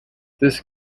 this